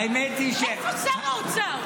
איפה שר האוצר?